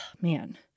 man